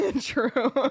true